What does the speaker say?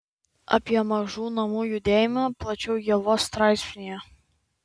apie mažų namų judėjimą plačiau ievos straipsnyje